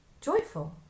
joyful